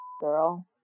girl